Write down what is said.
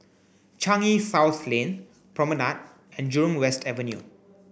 Changi South Lane Promenade and Jurong West Avenue